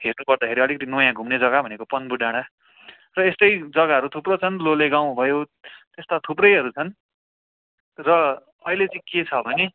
हेर्नुपर्दाखेरि अलिकति नयाँ घुम्ने जग्गा भनेको पन्बु डाँडा र यस्तै जग्गाहरू थुप्रो छन् लोले गाउँ भयो यस्ता थुप्रैहरू छन् र अहिले चाहिँ के छ भने